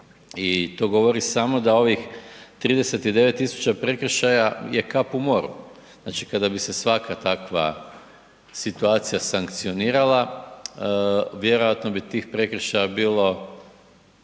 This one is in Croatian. i to govori samo da ovih 39 000 prekršaja je kap u moru, znači kada bi se svaka takva situacija sankcionirala, vjerojatno bi tih prekršaja bilo